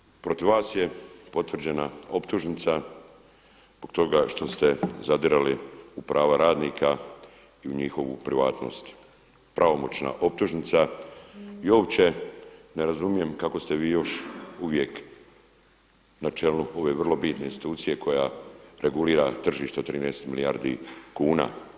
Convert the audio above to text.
Gospodine Lučić, protiv vas je potvrđena optužnica zbog toga što ste zadirali u prava radnika i u njihovu privatnost, pravomoćna optužnica i uopće ne razumijem kako ste vi još uvijek na čelu ove vrlo bitne institucije koja regulira tržište 13 milijardi kuna.